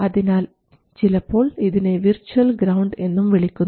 അതിനാൽ ചിലപ്പോൾ ഇതിനെ വിർച്ച്വൽ ഗ്രൌണ്ട് എന്നും വിളിക്കുന്നു